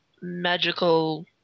magical